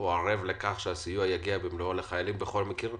אל תכניסו את החיילים הבודדים לוויכוח ביניכם לבין משרד האוצר.